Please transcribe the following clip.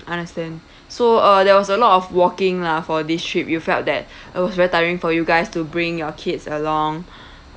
understand so uh there was a lot of walking lah for this trip you felt that uh it was very tiring for you guys to bring your kids along